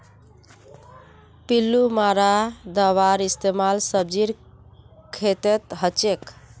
पिल्लू मारा दाबार इस्तेमाल सब्जीर खेतत हछेक